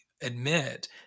admit